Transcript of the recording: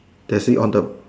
taxi on the